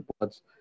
reports